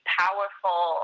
powerful